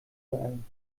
sagen